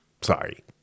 Sorry